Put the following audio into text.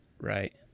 Right